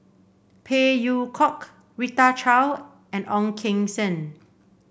Phey Yew Kok Rita Chao and Ong Keng Sen